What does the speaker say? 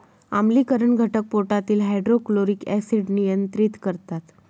आम्लीकरण घटक पोटातील हायड्रोक्लोरिक ऍसिड नियंत्रित करतात